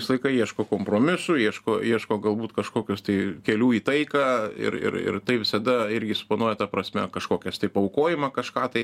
visą laiką ieško kompromisų ieško ieško galbūt kažkokios tai kelių į taiką ir ir ir tai visada irgi suponuoja ta prasme kažkokias tai paaukojimą kažką tai